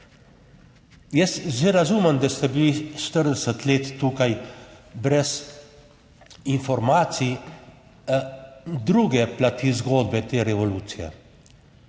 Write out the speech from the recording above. Jaz že razumem, da ste bili 40 let tukaj brez informacij, druge plati zgodbe te revolucije.